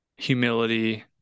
Humility